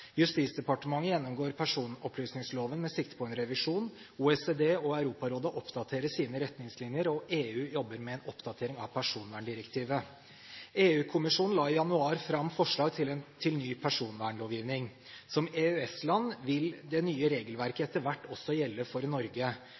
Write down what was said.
Justisdepartementet gjennomgår personopplysningsloven med sikte på en revisjon. OECD og Europarådet oppdaterer sine retningslinjer, og EU jobber med en oppdatering av personverndirektivet. EU-kommisjonen la i januar fram forslag til ny personvernlovgivning. Som EØS-land vil det nye regelverket etter hvert også gjelde for Norge.